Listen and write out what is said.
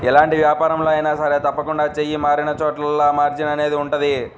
ఎలాంటి వ్యాపారంలో అయినా సరే తప్పకుండా చెయ్యి మారినచోటల్లా మార్జిన్ అనేది ఉంటది